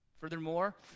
Furthermore